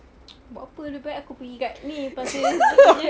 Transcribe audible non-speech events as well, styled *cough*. *noise* buat apa lebih baik aku pergi kat ni pasir ris kat sini jer